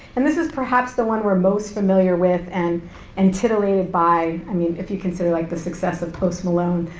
and this is perhaps the one we're most familiar with and and titillated by, i mean, if you consider like the success of post malone,